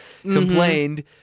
complained